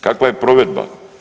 Kakva je provedba?